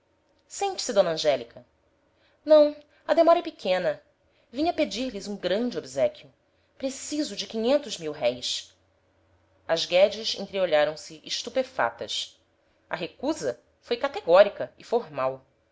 dona angélica não a demora é pequena vinha pedir-lhes um grande obséquio preciso de quinhentos mil-réis as guedes entreolharam-se estupefatas a recusa foi categórica e formal